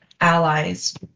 allies